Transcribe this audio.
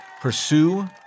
pursue